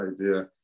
idea